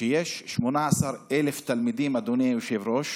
שיש 18,000 תלמידים, אדוני היושב-ראש,